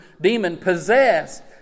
demon-possessed